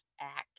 act